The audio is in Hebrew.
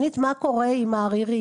שנית, מה קורה עם העריריים?